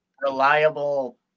reliable